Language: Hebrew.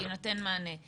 יינתן מענה.